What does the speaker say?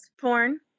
Porn